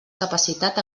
capacitat